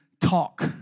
talk